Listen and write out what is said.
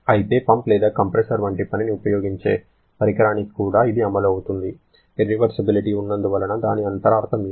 అయితే పంప్ లేదా కంప్రెసర్ వంటి పనిని వినియోగించే పరికరానికి కూడా ఇది అమలు అవుతుంది ఇర్రివర్సిబిలిటి ఉన్నందున దాని అంతరార్థం ఏమిటి